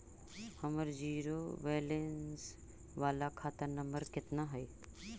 हमर zero balance बाला खाता नम्बर कितना है?